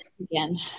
again